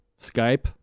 Skype